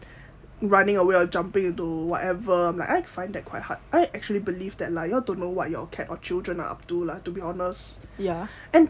running away or jumping to whatever I find it quite hard I actually believe that like you don't know what your cat or children up to lah to be honest and